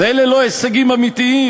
אלה לא הישגים אמיתיים?